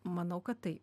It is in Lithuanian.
manau kad taip